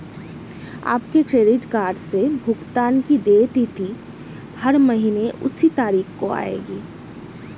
आपके credit card से भुगतान की देय तिथि हर महीने उसी तारीख को आएगी